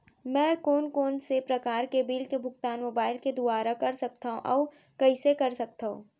मैं कोन कोन से प्रकार के बिल के भुगतान मोबाईल के दुवारा कर सकथव अऊ कइसे कर सकथव?